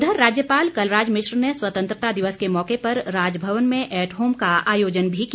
उधर राज्यपाल कलराज मिश्र ने स्वतंत्रता दिवस के मौके पर राजभवन में ऐट होम का आयोजन भी किया